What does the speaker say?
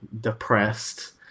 depressed